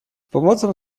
pomocą